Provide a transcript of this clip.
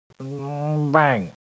Bang